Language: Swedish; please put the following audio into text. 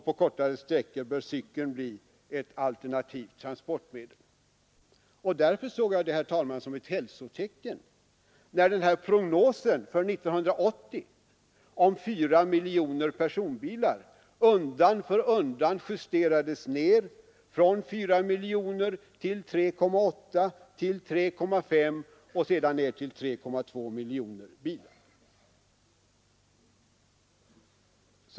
På kortare sträckor bör cykeln bli ett alternativt transportmedel. Därför såg jag det, herr talman, som ett hälsotecken när prognosen för 1980 på 4 miljoner personbilar undan för undan justerades ned, från 4 miljoner till 3,8, till 3,5 och sedan ned till 3,2 miljoner bilar.